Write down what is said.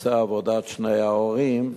נושא עבודת שני ההורים,